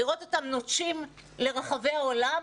לראות אותם נוטשים לרחבי העולם?